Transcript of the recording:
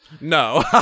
No